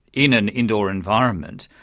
in an indoor environment,